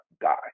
die